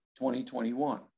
2021